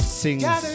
sings